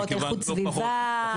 איכות סביבה?